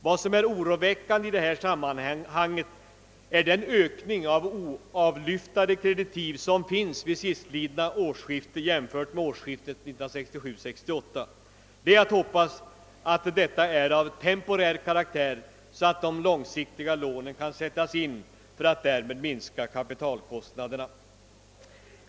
Vad som är oroväckande i detta sammanhang är den ökning av oavlyftade kreditiv som konstaterats vid sistlidna årsskifte jämfört med årsskiftet 1967/1968. Det är att hoppas att detta förhållande är av temporär karaktär, så att de långsiktiga lånen kan sättas in för att minska kapitalkostnaderna.